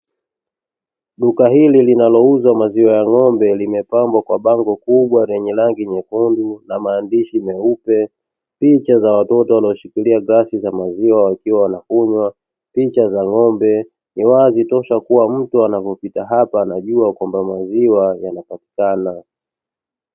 Duka hili linalouza maziwa ya ng'ombe limepambwa kwa bango kubwa lenye rangi nyekundu na maandishi meupe, picha za watoto wanaoshikilia glasi za maziwa wakiwa wanakunywa, picha za ng'ombe ni wazi tosha kuwa mtu anapopita hapa anajua kwamba maziwa yanapatikana.